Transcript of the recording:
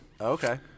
Okay